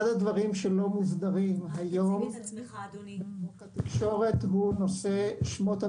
אחד הדברים שלא מוסדרים היום בחוק התקשורת הוא נושא שמות הממשק.